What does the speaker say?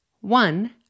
One